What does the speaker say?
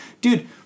Dude